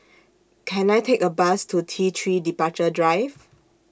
Can I Take A Bus to T three Departure Drive